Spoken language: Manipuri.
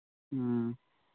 ꯎꯝ